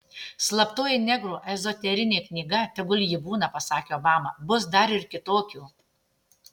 slaptoji negrų ezoterinė knyga tegul ji būna pasakė obama bus dar ir kitokių